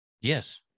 Yes